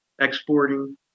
exporting